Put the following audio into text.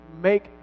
make